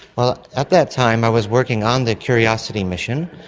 ah at that time i was working on the curiosity mission,